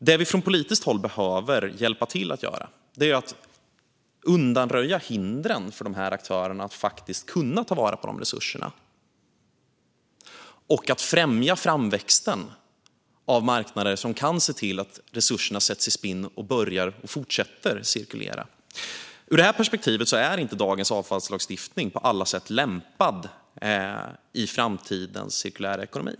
Det vi från politiskt håll behöver hjälpa till att göra är att undanröja hindren för de här aktörerna för att kunna ta vara på dessa resurser. Vi behöver också främja framväxten av marknader som kan se till att resurserna sätts i spinn och börjar och fortsätter att cirkulera. Ur det här perspektivet är inte dagens avfallslagstiftning på alla sätt lämpad för framtidens cirkulära ekonomi.